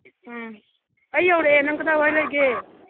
ꯎꯝ ꯑꯩ ꯌꯧꯔꯛꯑꯦ ꯅꯪ ꯀꯗꯥꯏꯋꯥꯏ ꯂꯩꯒꯦ